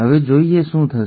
હવે જોઈએ શું થશે